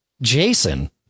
Jason